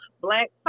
black